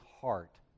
heart